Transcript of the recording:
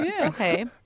Okay